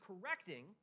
correcting